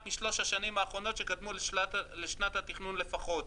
משלוש השנים האחרונות שקדמו לשנת התכנון לפחות,